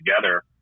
together